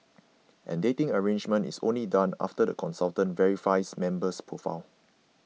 and dating arrangement is only done after the consultant verifies member's profile